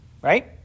right